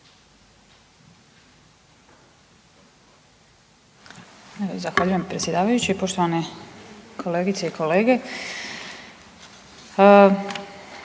Zahvaljujem predsjedavajući. Poštovane kolegice i kolege